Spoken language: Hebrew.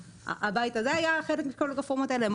הבית הזה היה חלק מכל הרפורמות האלה.